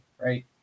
right